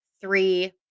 Three